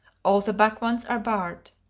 all the back ones are barred.